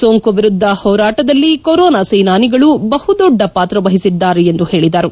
ಸೋಂಕು ವಿರುದ್ದ ಹೋರಾಟದಲ್ಲಿ ಕೊರೊನಾ ಸೇನಾನಿಗಳು ಬಹುದೊಡ್ಡ ಪಾತ್ರ ವಹಿಸಿದ್ದಾರೆ ಎಂದು ಹೇಳಿದರು